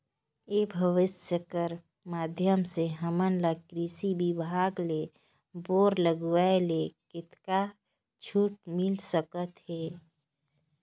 ई व्यवसाय कर माध्यम से हमन ला कृषि विभाग ले बोर लगवाए ले कतका छूट मिल सकत हे?